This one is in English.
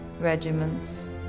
regiments